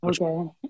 Okay